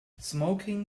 smoking